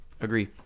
Agree